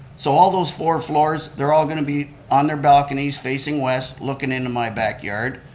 so, all those four floors, they're all going to be on their balconies, facing west, looking into my backyard.